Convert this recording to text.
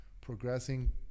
progressing